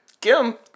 Kim